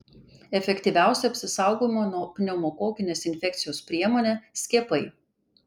efektyviausia apsisaugojimo nuo pneumokokinės infekcijos priemonė skiepai